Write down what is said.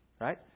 Right